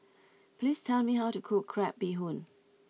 please tell me how to cook Crab Bee Hoon